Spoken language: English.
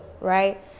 right